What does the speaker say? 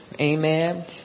Amen